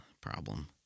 problem